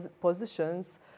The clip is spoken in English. positions